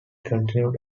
continued